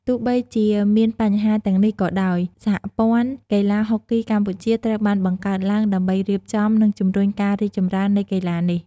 ទោះបីជាមានបញ្ហាទាំងនេះក៏ដោយ សហព័ន្ធកីឡាហុកគីកម្ពុជា ត្រូវបានបង្កើតឡើងដើម្បីរៀបចំ និងជំរុញការរីកចម្រើននៃកីឡានេះ។